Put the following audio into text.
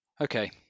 Okay